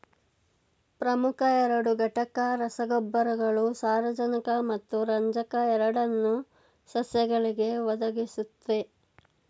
ಪ್ರಮುಖ ಎರಡು ಘಟಕ ರಸಗೊಬ್ಬರಗಳು ಸಾರಜನಕ ಮತ್ತು ರಂಜಕ ಎರಡನ್ನೂ ಸಸ್ಯಗಳಿಗೆ ಒದಗಿಸುತ್ವೆ